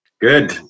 Good